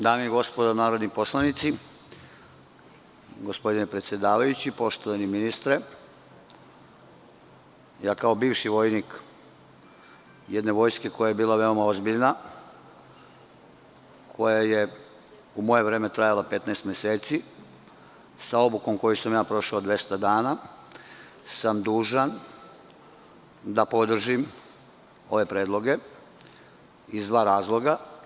Dame i gospodo narodni poslanici, gospodine predsedavajući, poštovani ministre, kao bivši vojnik jedne vojske koja je bila veoma ozbiljna, koja je u moje vreme trajala 15 meseci, sa obukom koju sam ja prošao od 200 dana, dužan sam da podržim ove predloge iz dva razloga.